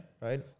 Right